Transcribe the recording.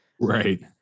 Right